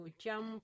jump